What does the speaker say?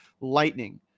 lightning